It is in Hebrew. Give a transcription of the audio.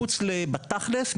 בתכלס,